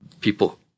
people